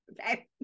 okay